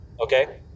okay